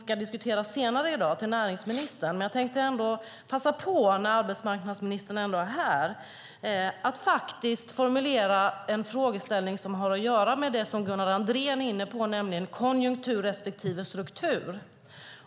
Jag har ställt en interpellation till näringsministern som ska diskuteras senare i dag, men när arbetsmarknadsministern ändå är här tänker jag passa på att formulera en fråga som har att göra med det som Gunnar Andrén är inne på, nämligen konjunktur respektive struktur.